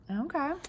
Okay